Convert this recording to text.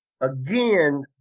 Again